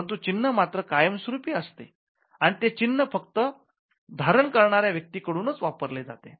परंतु चिन्ह मात्र कायमस्वरूपी असते आणि ते चिन्ह फक्त धारण करणाऱ्या व्यक्ती कडूनच वापरले जाते